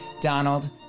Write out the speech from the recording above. Donald